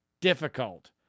difficult